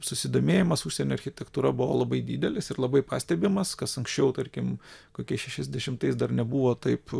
susidomėjimas užsienio architektūra buvo labai didelis ir labai pastebimas kas anksčiau tarkim kokiais šešiasdešimtais dar nebuvo taip